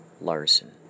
Larson